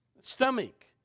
stomach